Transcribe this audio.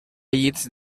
llits